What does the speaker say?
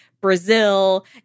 brazil